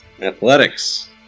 Athletics